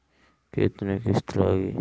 केतना किस्त लागी?